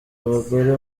abagore